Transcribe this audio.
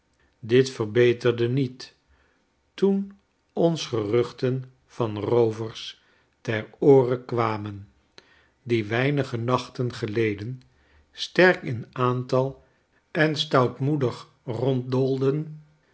dit verbeterde niet toen ons geruchten van roovers ter oore kwamen die weinige nachten geleden sterk in aantal en